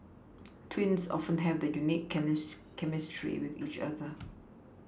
twins often have a unique can use chemistry with each other